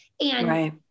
And-